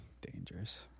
dangerous